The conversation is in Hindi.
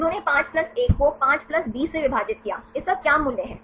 उन्होंने 5 1 को 5 20 से विभाजित किया इसका क्या मूल्य है